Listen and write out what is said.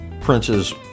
Prince's